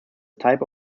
type